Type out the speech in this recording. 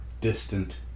distant